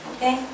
Okay